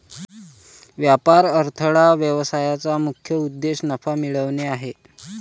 व्यापार अडथळा व्यवसायाचा मुख्य उद्देश नफा मिळवणे आहे